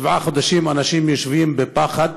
שבעה חודשים אנשים יושבים בפחד,